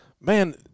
Man